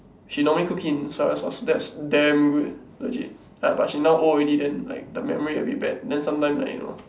she normally cook it in soya sauce and that's damn good legit ya but she now old already then like the memory a bit bad then sometime like you know